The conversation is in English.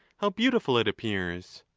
how beautiful it appears!